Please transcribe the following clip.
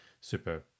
super